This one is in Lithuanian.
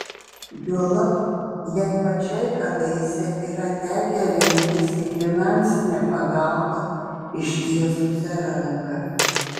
juolab jai pačiai kadaise yra tekę remtis į finansinę pagalbą ištiesusią ranką